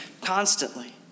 constantly